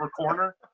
corner